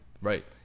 Right